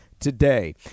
today